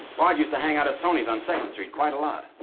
bard used to hang out at tony's on second street quite a lot.